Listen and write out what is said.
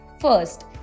First